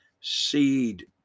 seed